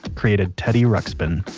created teddy ruxpin.